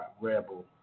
Rebel